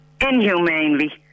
inhumanely